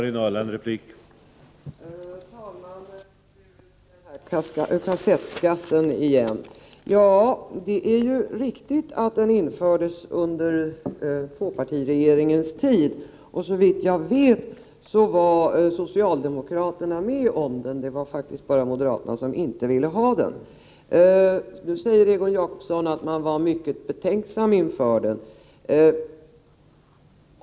Herr talman! Till kassettskatten igen. Det är riktigt att den infördes under tvåpartiregeringens tid. Såvitt jag vet var socialdemokraterna med om den. Det var faktiskt bara moderaterna som inte ville ha den. Nu säger Egon Jacobsson att man var mycket betänksam inför den.